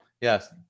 Yes